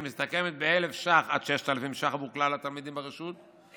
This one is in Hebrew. שמסתכמת ב-1,000 ש"ח עד 6,000 ש"ח בעבור כלל התלמידים ברשות,